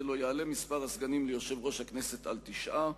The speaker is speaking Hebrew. לא יעלה מספר הסגנים ליושב-ראש הכנסת על תשעה,